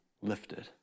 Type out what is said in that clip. lifted